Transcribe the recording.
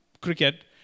cricket